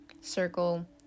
circle